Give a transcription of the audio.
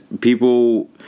people